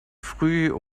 früh